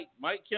Mike